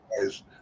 guys